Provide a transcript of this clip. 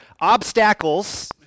obstacles